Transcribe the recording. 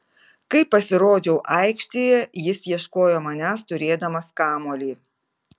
kai pasirodžiau aikštėje jis ieškojo manęs turėdamas kamuolį